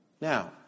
Now